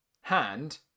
hand